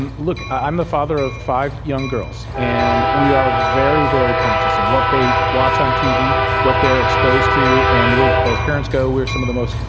and look, i'm a father of five young girls. and we are very, very conscious of what we watch on tv, what they're exposed to. and we're as parents go, we're some of the most,